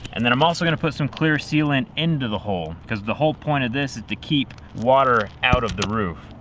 and then i'm also going to put some clear sealant into the hole because the whole point of this is to keep water out of the roof.